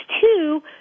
two